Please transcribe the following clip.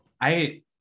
I-